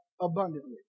abundantly